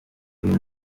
uyu